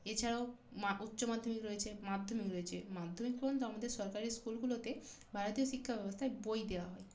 এছাড়াও মা উচ্চ মাধ্যমিক রয়েছে মাধ্যমিক রয়েছে মাধ্যমিক পর্যন্ত আমাদের সরকারি স্কুলগুলোতে ভারতীয় শিক্ষা ব্যবস্থায় বই দেয়া হয়